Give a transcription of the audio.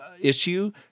issue